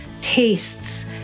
tastes